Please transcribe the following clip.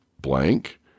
blank